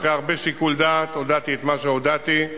אחרי הרבה שיקול דעת הודעתי את מה שהודעתי,